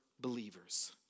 believers